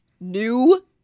new